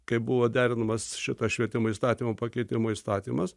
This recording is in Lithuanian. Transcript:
kai buvo derinamas šitas švietimo įstatymo pakeitimo įstatymas